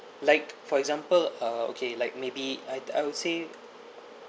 like for example uh okay like maybe I I would say